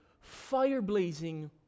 fire-blazing